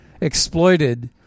exploited